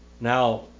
Now